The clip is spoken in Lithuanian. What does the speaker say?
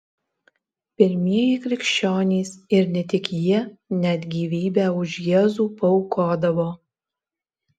pirmieji krikščionys ir ne tik jie net gyvybę už jėzų paaukodavo